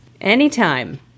Anytime